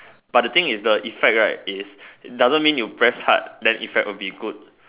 but the thing is the effect right is it doesn't mean you press hard then effect will be good